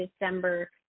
December